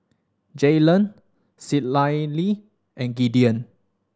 Jaylen Citlalli and Gideon